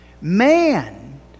Man